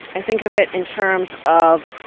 i think of it in terms of